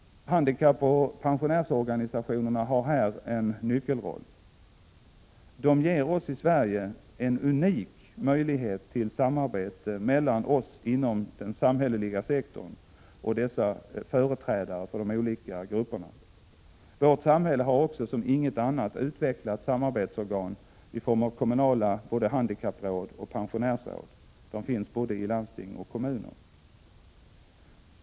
Handikappoch pensionärsorganisationerna har här en nyckelroll. De ger oss i Sverige en unik möjlighet till samarbete mellan oss inom den samhälleliga sektorn och företrädare för de olika grupperna. Vårt samhälle Prot. 1986/87:104 har också som inget annat utvecklat samarbetsorgan i form av kommunala handikappråd och pensionärsråd. De finns både i landsting och i kommuner.